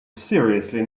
seriously